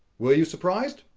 were you surprised?